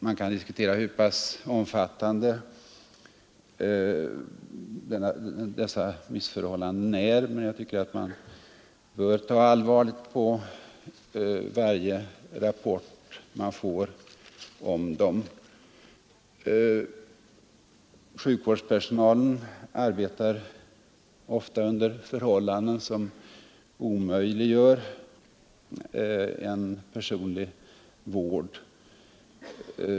Man kan diskutera hur omfattande dessa missförhållanden är, men jag tycker man bör ta allvarligt på varje rapport man får om dem. Sjukvårdspersonalen arbetar ofta under förhållanden som omöjliggör en personlig vård.